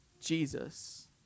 jesus